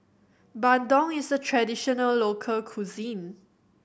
Bandung is a traditional local cuisine